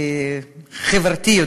חברתי,